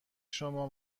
شما